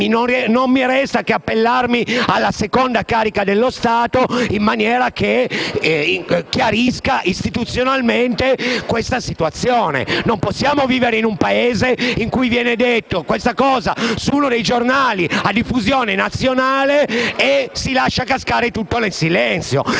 Non mi resta che appellarmi alla seconda carica dello Stato affinché chiarisca istituzionalmente questa situazione. Non possiamo vivere in un Paese in cui viene detta questa cosa su uno dei giornali a diffusione nazionale *(Commenti dal Gruppo PD)* e si